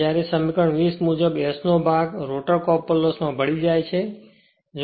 જ્યારે સમીકરણ 20 મુજબ S નો ભાગ રોટર કોપર લોસ માં ભળી જાય છે